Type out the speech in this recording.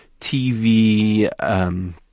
TV